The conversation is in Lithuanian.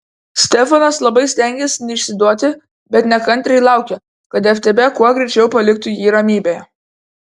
stefanas labai stengėsi neišsiduoti bet nekantriai laukė kad ftb kuo greičiau paliktų jį ramybėje